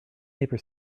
paper